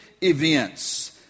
events